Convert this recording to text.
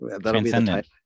Transcendent